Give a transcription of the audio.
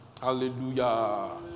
Hallelujah